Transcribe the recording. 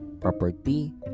property